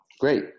Great